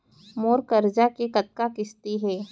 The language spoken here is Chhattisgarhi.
मोर करजा के कतका किस्ती हे?